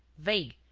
vague,